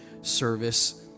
service